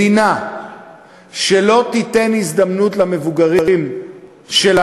מדינה שלא תיתן הזדמנות למבוגרים שלה